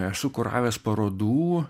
esu kuravęs parodų